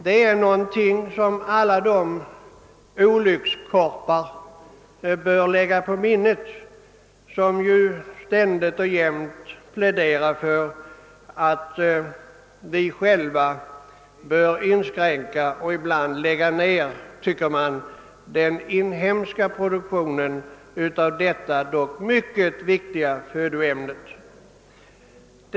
Detta är något som alla de olyckskorpar bör lägga på minnet vilka ständigt och jämt pläderar för att vi själva skall inskränka — några säger helt nedlägga — den inhemska produktionen av detta dock mycket viktiga födoämne.